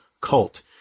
cult